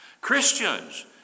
Christians